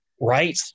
Right